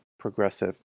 progressive